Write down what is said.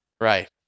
Right